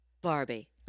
Barbie